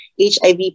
HIV